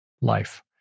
life